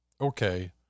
okay